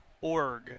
org